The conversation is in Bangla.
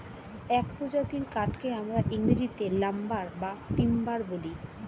এক প্রজাতির কাঠকে আমরা ইংরেজিতে লাম্বার বা টিম্বার বলি